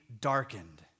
darkened